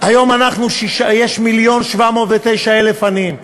היום יש 1.709 מיליון עניים,